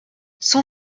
son